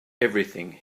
everything